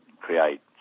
create